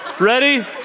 Ready